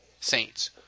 Saints